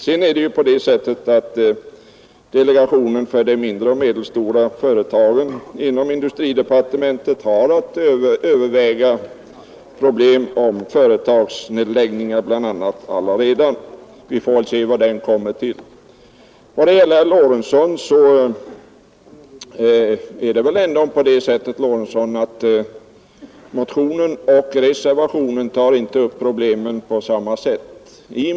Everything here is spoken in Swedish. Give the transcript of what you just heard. Sedan är det så att man i industridepartementets delegation för de mindre och medelstora företagen redan nu har att ägna uppmärksamhet åt bl.a. företagsnedläggningarna. Vi får se vilka resultat man där kommer fram till. Slutligen vill jag säga till herr Lorentzon att motionen och reservationen väl ändå inte tar upp problemen på samma sätt.